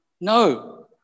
No